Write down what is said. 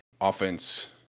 offense